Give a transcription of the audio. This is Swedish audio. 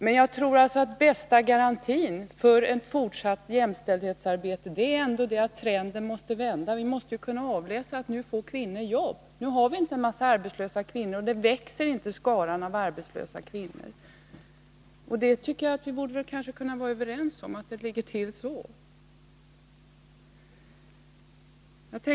Men jag tror att bästa garantin för att jämställdhetsarbetet skall få framgång är att vända trenden. Vi måste kunna avläsa att nu får kvinnor jobb, nu har vi inte en massa arbetslösa kvinnor, skaran av arbetslösa kvinnor växer inte längre. Detta borde vi kunna vara överens om.